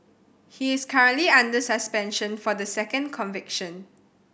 he is currently under suspension for the second conviction